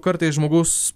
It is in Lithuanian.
kartais žmogus